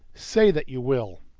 say that you will!